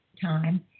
time